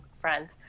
friends